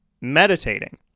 meditating